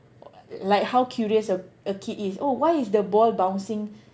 like how curious a a kid is oh why is the ball bouncing